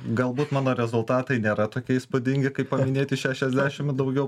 galbūt mano rezultatai nėra tokie įspūdingi kaip pavminėti šešiasdešim ir daugiau